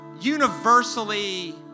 universally